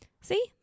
see